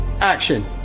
action